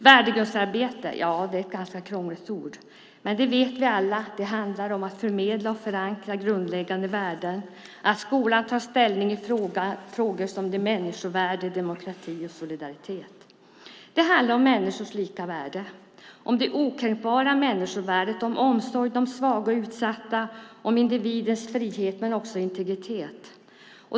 Värdegrundsarbete är ett ganska krångligt ord, men vi vet alla att det handlar om att förmedla och förankra grundläggande värden och om att skolan tar ställning i frågor som människovärde, demokrati och solidaritet. Det handlar om människors lika värde, om det okränkbara människovärdet, om omsorg om svaga och utsatta, om individens frihet och om integritet.